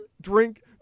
drink